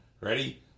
Ready